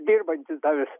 dirbantis dar vis